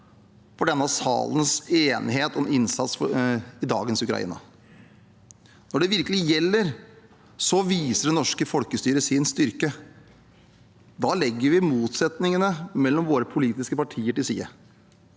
til denne salens enighet om innsats i dagens Ukraina. Når det virkelig gjelder, viser det norske folkestyret sin styrke. Da legger vi motsetningene mellom våre politiske partier til side.